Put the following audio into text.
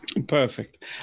Perfect